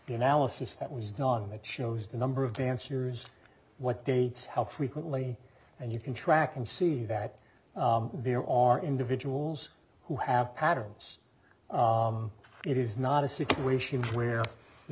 the analysis that was dogging that shows the number of dancers what dates how frequently and you can track and see that there are individuals who have patterns it is not a situation where